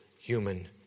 human